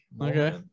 Okay